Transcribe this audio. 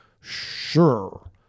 Sure